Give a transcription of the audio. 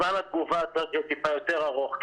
זמן התגובה צריך להיות טיפה יותר ארוך.